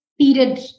period